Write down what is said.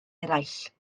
eraill